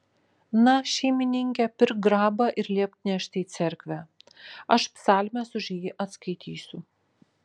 na šeimininke pirk grabą ir liepk nešti į cerkvę aš psalmes už jį atskaitysiu